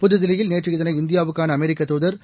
புதுதில்லியில் நேற்று இதனை இந்தியாவுக்கான அமெரிக்க தூதர் திரு